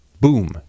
boom